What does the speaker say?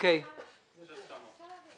יש הסכמה.